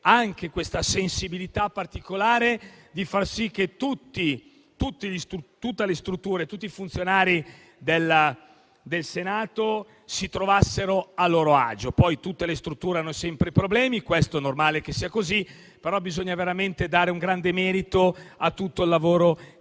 anche con questa sensibilità particolare, per far sì che tutte le strutture, tutti i funzionari del Senato, si trovassero a loro agio. Poi, tutte le strutture hanno sempre dei problemi, ed è normale che sia così, ma bisogna veramente riconoscere un grande merito a tutto il lavoro che